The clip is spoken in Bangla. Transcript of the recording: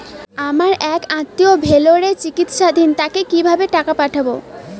আমার এক আত্মীয় ভেলোরে চিকিৎসাধীন তাকে কি ভাবে টাকা পাঠাবো?